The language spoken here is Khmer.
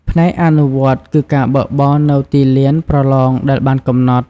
ផ្នែកអនុវត្តគឺការបើកបរនៅទីលានប្រឡងដែលបានកំណត់។